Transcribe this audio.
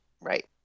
right